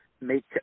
make